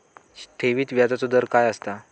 ठेवीत व्याजचो दर काय असता?